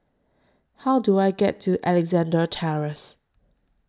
How Do I get to Alexandra Terrace